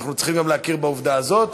אנחנו צריכים גם להכיר בעובדה הזאת.